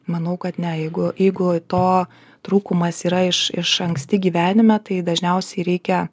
manau kad ne jeigu jeigu to trūkumas yra iš iš anksti gyvenime tai dažniausiai reikia